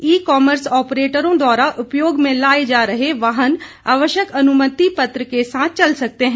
ई commerce ऑपरेटरों द्वारा उपयोग में लाए जा रहे वाहन आवश्यक अनुमति पत्र के साथ चल सकते हैं